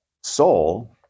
soul